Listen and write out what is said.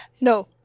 no